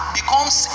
becomes